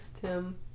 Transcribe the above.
Tim